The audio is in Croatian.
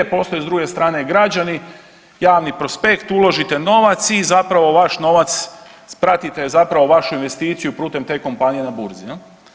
Postoje s druge strane građani, javni prospekt, uložite novac i zapravo vaš novac, pratite zapravo vašu investiciju putem te kompanije na burzi.